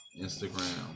Instagram